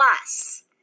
Plus